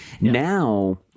Now